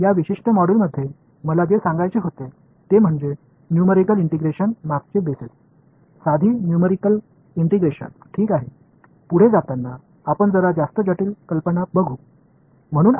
எனவே இந்த குறிப்பிட்ட தொகுதியில் நான் தெரிவிக்க விரும்புவது நியூமறிகள் இன்டெகிரஷன் எளிய நியூமறிகள் இன்டெகிரஷன் ஆகியவற்றின் பின்னணியாகும் நாம் மேலும் செல்லும்போது இன்னும் கொஞ்சம் சிக்கலான யோசனைகளைப் பார்ப்போம்